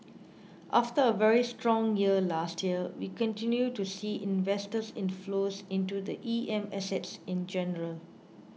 after a very strong year last year we continue to see investor inflows into the E M assets in general